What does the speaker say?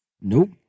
Nope